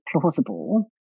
plausible